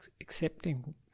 accepting